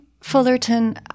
Fullerton